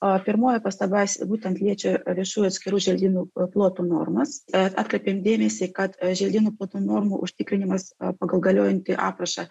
o pirmoji pastaba s būtent liečia viešų atskirų želdynų plotų normas bet atkreipėm dėmesį kad aš želdynų plotų normų užtikrinimas pagal galiojantį aprašą